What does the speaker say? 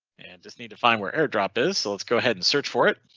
and just need to find where airdrop is. so let's go ahead and search for it.